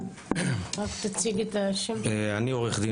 נמצא איתי